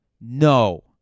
No